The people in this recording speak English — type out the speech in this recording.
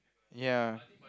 ya